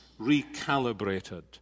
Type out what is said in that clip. recalibrated